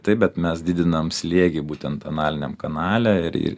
taip bet mes didinam slėgį būtent analiniam kanale ir